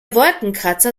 wolkenkratzer